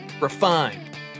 refined